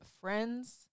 Friends